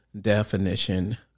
definition